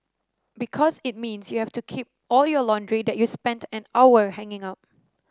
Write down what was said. because it means you have to keep all your laundry that you spent an hour hanging up